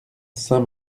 saint